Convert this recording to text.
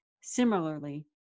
Similarly